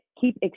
Keep